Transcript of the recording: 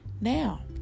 Now